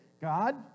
God